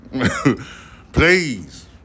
Please